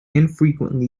infrequently